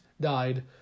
died